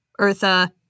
Eartha